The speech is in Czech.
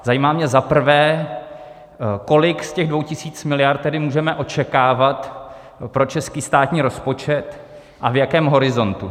Zajímá mě za prvé, kolik z těch 2 tisíc miliard tedy můžeme očekávat pro český státní rozpočet a v jakém horizontu.